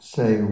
say